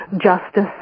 justice